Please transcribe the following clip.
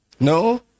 no